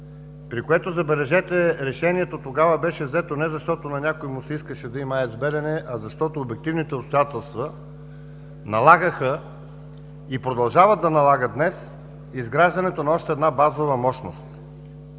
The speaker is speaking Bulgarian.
при който забележете, решението тогава беше взето не защото на някой му се искаше да има АЕЦ „Белене“, а защото обективните обстоятелства налагаха и продължават да налагат днес изграждането на още една базова мощност.